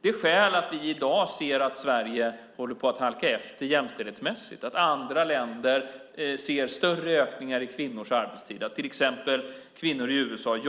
Det finns skäl till att vi i dag ser att Sverige håller på att halka efter jämställdhetsmässigt, att andra länder ser större ökningar av kvinnors arbetstid, att till exempel kvinnor i USA i